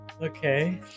Okay